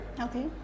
Okay